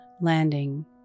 landing